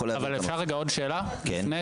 יכול ל --- אבל אפשר עוד שאלה לפני?